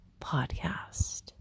Podcast